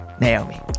Naomi